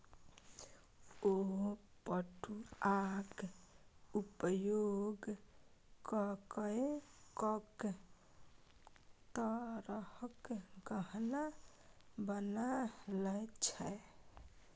ओ पटुआक उपयोग ककए कैक तरहक गहना बना लए छै